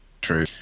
true